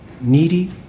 needy